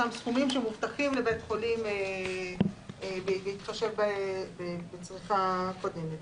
אותם סכומים שמובטחים לבית-חולים בהתחשב בצריכה קודמת.